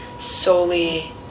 solely